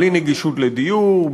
בלי נגישות לדיור,